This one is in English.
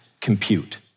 compute